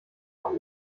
auch